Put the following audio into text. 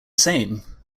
same